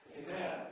Amen